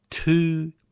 Two